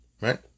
right